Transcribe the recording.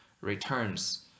returns